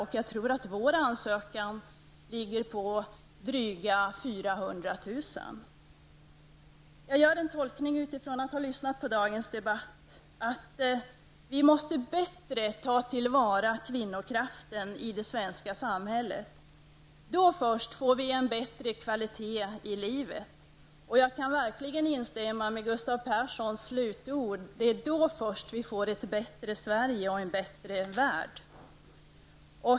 Jag tror att vår ansökan gäller ca Efter att ha lyssnat på dagens debatt gör jag tolkningen att vi bättre måste ta till vara kvinnokraften i det svenska samhället. Då först får vi en bättre kvalitet i livet. Jag kan verkligen instämma i Gustav Perssons slutord. Det är då först vi får ett bättre Sverige och en bättre värld.